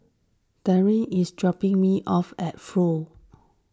Daryn is dropping me off at Flow